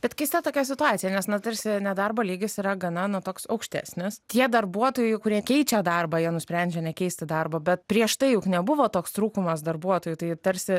bet keista tokia situacija nes na tarsi nedarbo lygis yra gana na toks aukštesnis tie darbuotojai kurie keičia darbą jie nusprendžia nekeisti darbo bet prieš tai juk nebuvo toks trūkumas darbuotojų tai tarsi